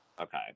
Okay